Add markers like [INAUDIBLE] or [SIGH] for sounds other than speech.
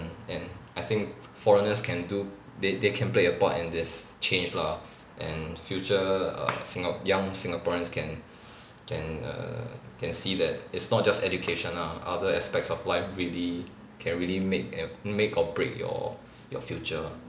and I think foreigners can do they they can play a part in this change lah and future err singa~ young singaporeans can [BREATH] can err can see that it's not just education lah other aspects of life really can really make a make or break your your future lah